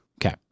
Okay